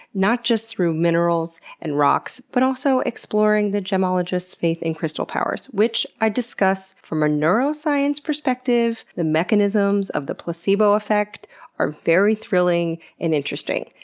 not just through minerals and rocks, but also by exploring the gemologist's faith in crystal powers, which i discuss from a neuroscience perspective. the mechanisms of the placebo effect are very thrilling and interesting.